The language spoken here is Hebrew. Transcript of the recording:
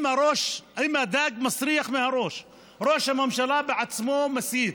אם הדג מסריח מהראש, ראש הממשלה בעצמו מסית,